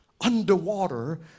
underwater